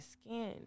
skin